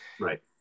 right